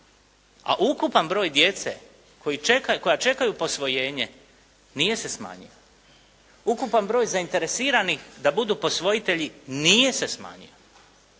A ukupan broj djece koja čekaju posvojenje nije se smanjio. Ukupan broj zainteresiranih da budu posvojitelji nije se manjio.